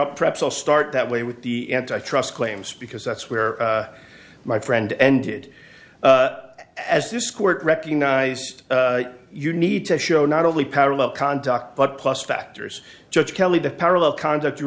e perhaps i'll start that way with the trust claims because that's where my friend ended as this court recognized you need to show not only parallel conduct but plus factors judge kelly the parallel conduct you